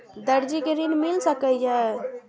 दर्जी कै ऋण मिल सके ये?